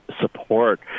support